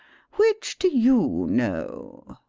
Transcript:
which do you know?